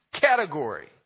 category